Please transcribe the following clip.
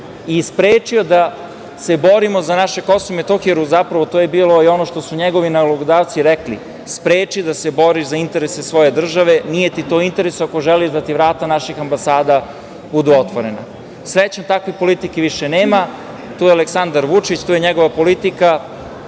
i sprečio da se borimo za naše Kosovo i Metohiju, jer zapravo to je bilo i ono što su njegovi nalogodavci rekli – spreči da se boriš za interese svoje države, nije ti to u interesu, ako želiš da ti vrata naših ambasada budu otvorena. Srećom, takve politike više nema, tu je Aleksandar Vučić, tu je njegova politika